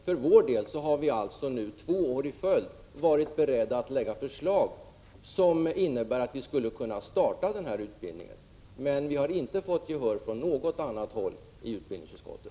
För vår del har vi två år i följd varit beredda att lägga fram förslag som innebär att vi skulle kunna starta en sådan utbildning, men vi har inte fått gehör för detta från något annat håll i utbildningsutskottet.